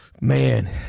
man